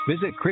Visit